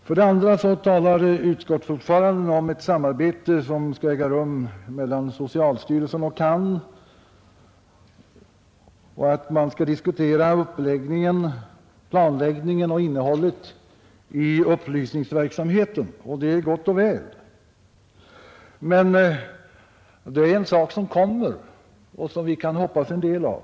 För det andra talade utskottets ordförande om ett samarbete som skall äga rum mellan socialstyrelsen och Centralförbundet för alkoholoch narkotikaupplysning — man skall diskutera planläggningen av och innehållet i upplysningsverksamheten. Det är gott och väl — det är alltså något som kommer och som vi kan hoppas en del av.